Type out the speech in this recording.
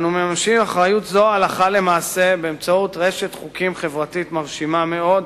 אנו מממשים אחריות זו הלכה למעשה באמצעות רשת חוקים חברתית מרשימה מאוד,